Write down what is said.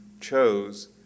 chose